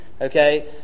okay